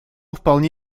вполне